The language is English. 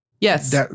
yes